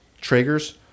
Traeger's